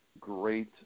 great